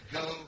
go